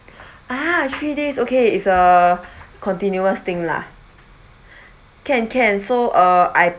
ah three days okay it's a continuous thing lah can can so uh I